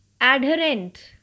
Adherent